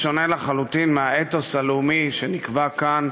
בשונה לחלוטין מהאתוס הלאומי שנקבע כאן,